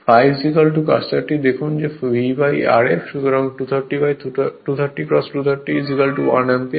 ∅ কার্সারটি দেখুন V Rf যা 230 x 230 1 অ্যাম্পিয়ার